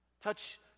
touch